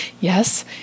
Yes